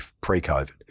pre-COVID